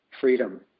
freedom